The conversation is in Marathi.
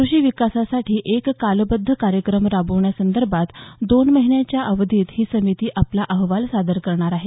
क्रषी विकासासाठी एक कालबद्ध कार्यक्रम राबवण्यासंदर्भात दोन महिन्यांच्या अवधीत ही समिती आपला अहवाल सादर करणार आहे